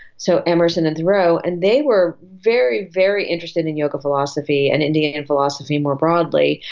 so emerson and thoreau, and they were very, very interested in yoga philosophy and indian and philosophy more broadly,